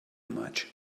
much